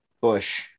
bush